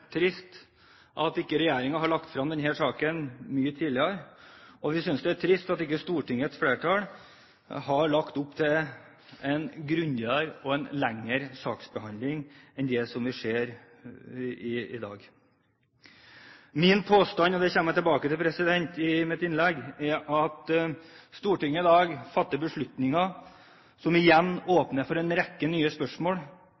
trist at ikke regjeringen har lagt frem denne saken mye tidligere, og vi synes det er trist at ikke Stortingets flertall har lagt opp til en grundigere og lengre saksbehandling enn det vi ser i dag. Min påstand, og det kommer jeg tilbake til, er at Stortinget i dag fatter beslutninger som igjen